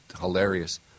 hilarious